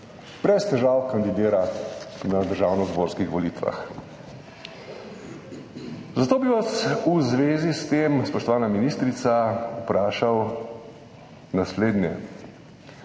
brez težav kandidira na državnozborskih volitvah. Zato bi vas v zvezi s tem, spoštovana ministrica, vprašal naslednje: